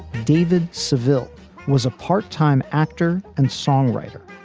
david seville was a part time actor and songwriter.